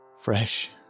Fresh